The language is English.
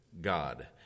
God